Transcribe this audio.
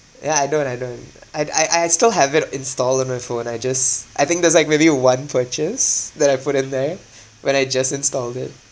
ya I don't I don't I I I I still have it installed on my phone I just I think there's like maybe one purchase that I put in there when I just installed it